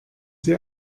sie